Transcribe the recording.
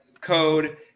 code